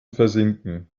versinken